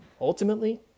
Ultimately